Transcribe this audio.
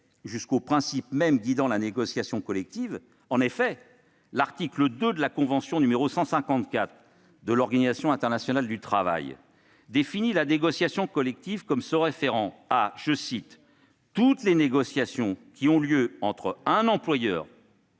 jusqu'au principe même guidant la négociation collective. En effet, l'article 2 de la convention n° 154 de l'Organisation internationale du travail (OIT) définit la négociation collective comme s'appliquant à « toutes les négociations qui ont lieu entre un employeur